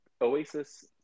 Oasis